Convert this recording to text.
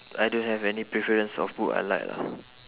I don't have any preference of book I like lah